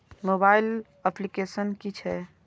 Mobile application कि छै?